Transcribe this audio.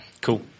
Cool